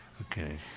Okay